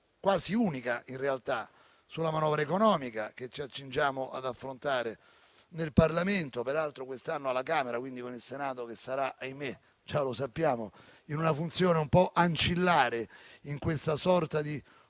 quasi unica, in realtà, sulla manovra economica che ci accingiamo ad affrontare nel Parlamento (peraltro quest'anno alla Camera, quindi con il Senato che sarà, ahimè, già lo sappiamo, in una funzione un po' ancillare, in questa sorta di